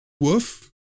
woof